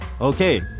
Okay